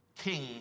King